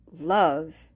love